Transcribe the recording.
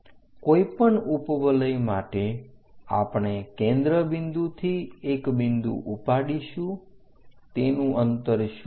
કોઈપણ ઉપવલય માટે આપણે કેન્દ્ર બિંદુથી એક બિંદુ ઉપાડીશું તેનું અંતર શું છે